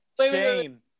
Shame